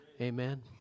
Amen